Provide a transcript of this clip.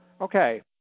Okay